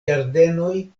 ĝardenoj